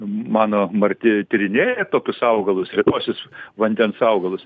mano marti tyrinėja tokius augalus retuosius vandens augalus